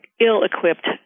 ill-equipped